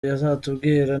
azatubwira